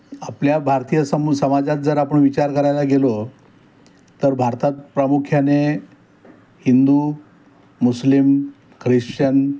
आपल्या भारतीय समू समाजात जर आपण विचार करायला गेलो तर भारतात प्रामुख्याने हिंदू मुस्लिम ख्रिश्चन